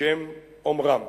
בשם אומרם.